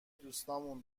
دوستامون